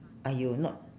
!aiyo! not